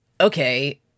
Okay